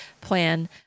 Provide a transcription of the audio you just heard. plan